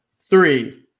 three